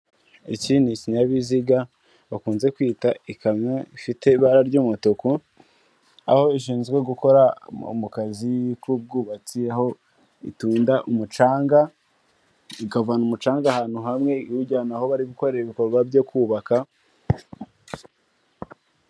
Iki ni ikinyabiziga bakunze kwita ikamyo ifite ibara ry'umutuku. Aho ishinzwe gukora mu kazi k'ubwubatsi, aho itunda umucanga, ikavana umucanga ahantu hamwe iwujyana aho bari gukora ibikorwa byo kubaka